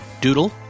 doodle